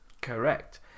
Correct